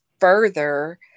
further